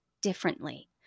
differently